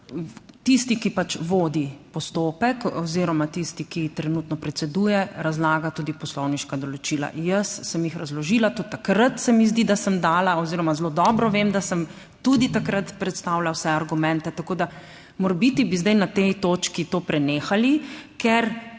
tisti, ki vodi postopek oziroma tisti, ki trenutno predseduje, razlaga tudi poslovniška določila. Jaz sem jih razložila, tudi takrat se mi zdi, da sem dala oziroma zelo dobro vem, da sem tudi takrat predstavila vse argumente, tako da morebiti bi zdaj na tej točki to prenehali, ker